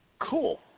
Cool